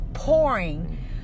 Pouring